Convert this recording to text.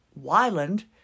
Wyland